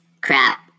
crap